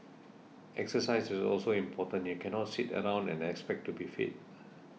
exercise is also important you cannot sit around and expect to be fit